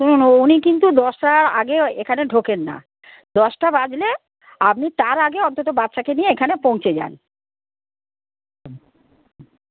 শুনুন উনি কিন্তু দশটার আগে এখানে ঢোকেন না দশটা বাজলে আপনি তার আগে অন্তত বাচ্চাকে নিয়ে এখানে পৌঁছে যান